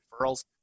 referrals